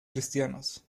cristianos